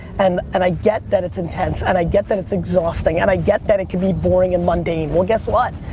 and and i get that it's intense, and i get that it's exhausting, and i get that it can be boring and mundane. well, guess what?